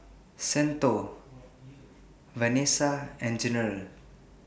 Santo Venessa and General